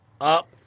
up